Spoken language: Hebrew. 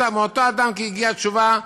מאותו אדם הגיעה תשובה,